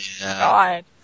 god